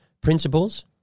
principles